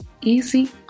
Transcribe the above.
easy